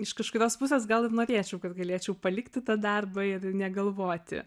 iš kažkurios pusės gal ir norėčiau kad galėčiau palikti tą darbą ir negalvoti